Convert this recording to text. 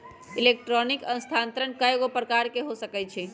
electronic स्थानान्तरण कएगो प्रकार के हो सकइ छै